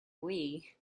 wii